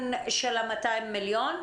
הקרן של ה-200 מיליון?